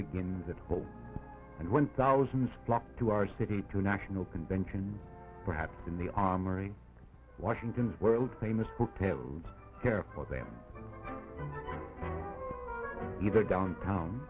begins at home and when thousands flock to our city to national convention perhaps in the armory washington's world famous hotel and care for them either downtown